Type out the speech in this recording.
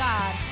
God